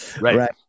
Right